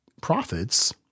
profits